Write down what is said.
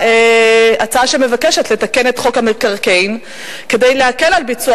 הצעה שמבקשת לתקן את חוק המקרקעין כדי להקל על ביצוע